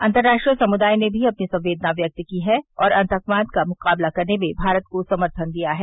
अंतर्राष्ट्रीय समुदाय ने भी अपनी संवेदना व्यक्त की है और आतंकवाद का मुकाबला करने में भारत को समर्थन दिया है